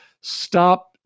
stop